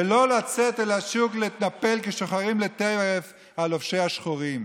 ולא לצאת אל השוק ולהתנפל כשוחרים לטרף על לובשי השחורים.